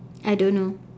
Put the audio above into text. I don't know